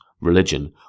religion